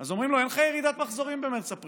ואז אומרים לו: אין לך ירידת מחזורים במרץ-אפריל.